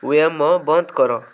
Wemo ବନ୍ଦ କର